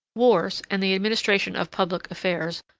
wars, and the administration of public affairs,